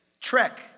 trek